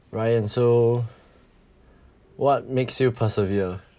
ryan so what makes you persevere